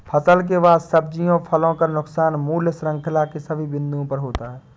फसल के बाद सब्जियों फलों का नुकसान मूल्य श्रृंखला के सभी बिंदुओं पर होता है